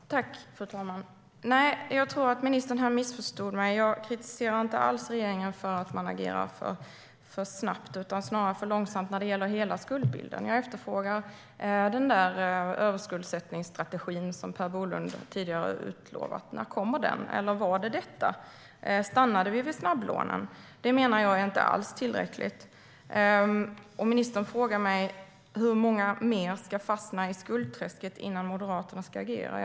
Fru talman! Nej, jag tror att ministern missförstod mig. Jag kritiserar inte alls regeringen för att man agerar för snabbt utan snarare för långsamt när det gäller hela skuldbilden. Jag efterfrågar den överskuldsättningsstrategi som Per Bolund tidigare har utlovat. När kommer den? Stannar det vid snabblånen? Det menar jag inte alls är tillräckligt. Ministern frågar mig hur många fler som ska fastna i skuldträsket innan Moderaterna agerar.